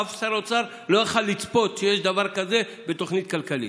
אף שר אוצר לא יכול לצפות שיש דבר כזה בתוכנית כלכלית.